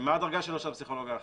מה הדרגה של הפסיכולוג האחר?